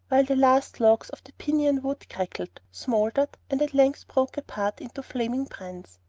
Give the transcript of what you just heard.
while the last logs of the pinon wood crackled, smouldered, and at length broke apart into flaming brands.